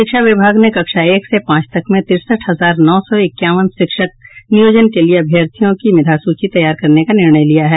शिक्षा विभाग ने कक्षा एक से पांच तक में तिरसठ हजार नौ सौ इक्यावन शिक्षक नियोजन के लिये अभ्यर्थियों की मेधा सूची तैयार करने का निर्णय लिया है